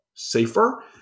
safer